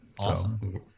Awesome